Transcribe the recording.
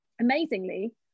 amazingly